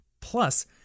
Plus